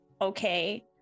Okay